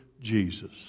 Jesus